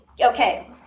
Okay